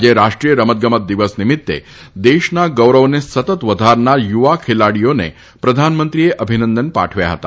આજે રાષ્ટ્રીય રમતગમત દિવસ નિમિત્તે દેશના ગૌરવને સતત વધારનાર યુવા ખેલાડીઓને પ્રધાનમંત્રીએ અભિનંદન પાઠવ્યા હતા